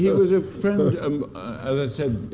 yeah was a friend, um as i said,